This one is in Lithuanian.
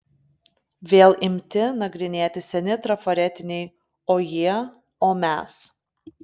vėl imti nagrinėti seni trafaretiniai o jie o mes